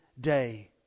day